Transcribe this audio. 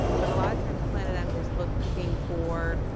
but a lot of times planet m is looking for